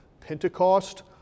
Pentecost